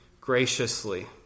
graciously